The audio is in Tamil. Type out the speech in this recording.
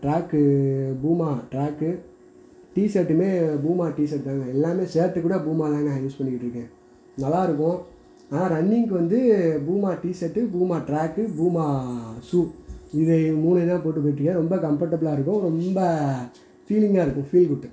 ட்ராக்கு பூமா ட்ராக்கு டீ ஷர்ட்டுமே பூமா டீ ஷர்ட்தாங்க எல்லாமே ஷர்ட்டுக்கூட பூமாதாங்க யூஸ் பண்ணிக்கிட்டுருக்கேன் நல்லா இருக்கும் ஆனால் ரன்னிங்க்கு வந்து பூமா டீ ஷர்ட்டும் பூமா ட்ராக்கும் பூமா ஷூ இதை மூணுதான் போட்டு போயிட்டுருக்கேன் ரொம்ப கம்ஃபட்டபுளா இருக்குது ரொம்ப ஃபீலிங்காக இருக்குது ஃபீல் குட்